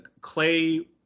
clay